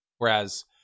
whereas